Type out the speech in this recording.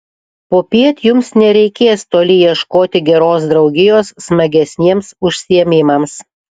popiet jums nereikės toli ieškoti geros draugijos smagesniems užsiėmimams